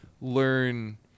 learn